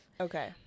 Okay